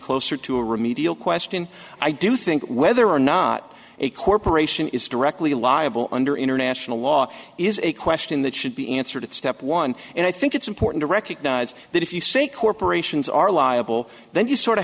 closer to a remedial question i do think whether or not a corporation is directly liable under international law is a question that should be answered at step one and i think it's important to recognize that if you say corporations are liable then you sort of